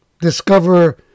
discover